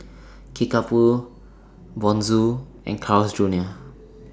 Kickapoo Bonjour and Carl's Junior